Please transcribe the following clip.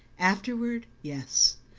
afterward yes.